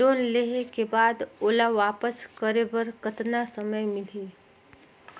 Loan लेहे के बाद ओला वापस करे बर कतना समय मिलही?